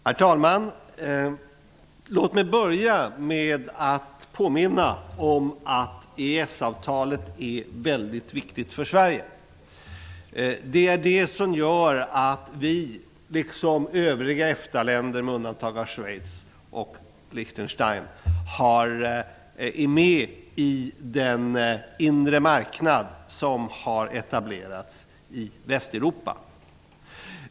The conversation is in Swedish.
Herr talman! Låt mig börja med att påminna om att EES-avtalet är mycket viktigt för Sverige. Det gör att vi, liksom övriga EFTA-länder med undantag av Schweiz och Liechtenstein, är med i den inre marknad som har etablerats i Västeuropa.